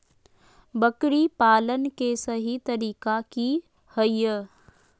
बकरी पालन के सही तरीका की हय?